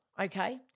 Okay